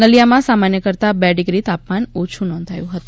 નલીયામાં સામાન્ય કરતા બે ડિગ્રી તાપમાન ઓછું નોંધાયું હતું